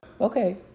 Okay